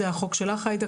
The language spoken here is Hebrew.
זה החוק שלך עאידה,